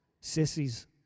sissies